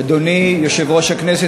אדוני יושב-ראש הכנסת,